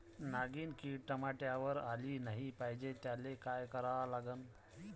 नागिन किड टमाट्यावर आली नाही पाहिजे त्याले काय करा लागन?